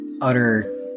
utter